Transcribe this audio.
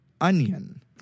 Onion